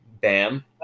Bam